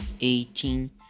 eighteen